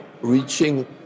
Reaching